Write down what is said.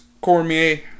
Cormier